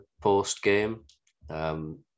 post-game